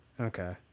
Okay